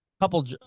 couple